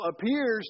appears